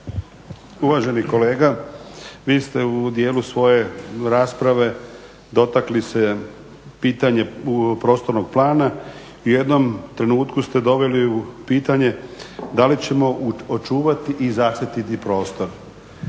Uvaženi kolega, vi ste u dijelu svoje rasprave dotakli se pitanja prostornog plana. U jednom trenutku ste doveli u pitanje da li ćemo očuvati i zaštititi prostor.